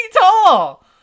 tall